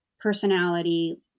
personality